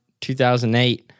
2008